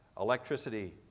electricity